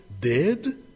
Dead